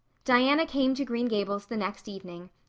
diana came to green gables the next evening,